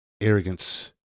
arrogance